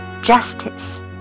justice